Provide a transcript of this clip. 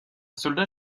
soldat